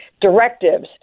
directives